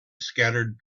scattered